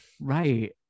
right